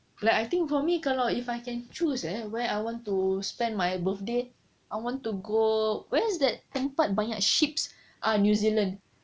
like I think for me kalau if I can choose eh where I want to spend my birthday I want to go where's that tempat banyak sheeps ah new zealand